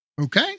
Okay